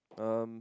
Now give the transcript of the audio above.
um